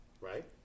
right